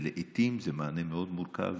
ולעיתים זה מענה מאוד מורכב,